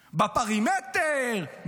בפרימטר.